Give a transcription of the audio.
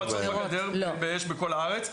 פרצות בגדר יש בכל הארץ,